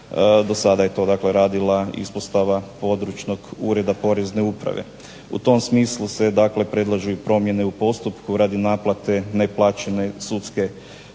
Do sada je to dakle radila ispostava područnog ureda porezne uprave. U tom smislu se dakle predlažu i promjene u postupku radi naplate neplaćene sudske